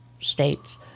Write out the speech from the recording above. states